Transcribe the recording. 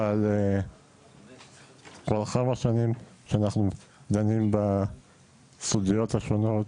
אבל כבר כמה שנים שאנחנו דנים בסוגיות השונות